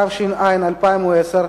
התש"ע 2009,